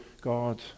God